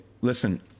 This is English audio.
Listen